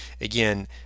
again